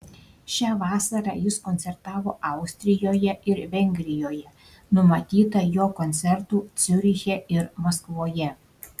šią vasarą jis koncertavo austrijoje ir vengrijoje numatyta jo koncertų ciuriche ir maskvoje